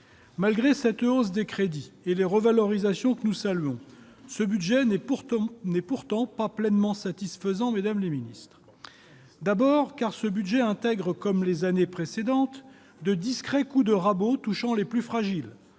Malgré cette hausse des crédits et les revalorisations que nous saluons, ce budget n'est pourtant pas pleinement satisfaisant, madame la secrétaire d'État. D'abord, ce budget intègre, comme les années précédentes, de discrets « coups de rabots » touchant les plus fragiles